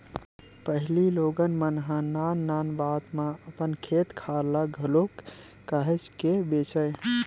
पहिली लोगन मन ह नान नान बात म अपन खेत खार ल घलो काहेच के बेंचय